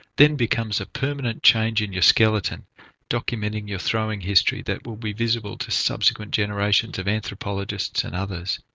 then becomes a permanent change in your skeleton documenting your throwing history that will be visible to subsequent generations of anthropologists and others.